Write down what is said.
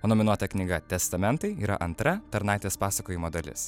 o nominuota knyga testamentai yra antra tarnaitės pasakojimo dalis